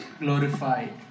glorified